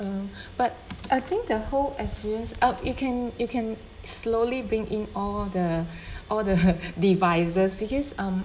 um but I think the whole experience up you can you can slowly bring in all the all the devices because um